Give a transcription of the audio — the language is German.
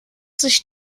sich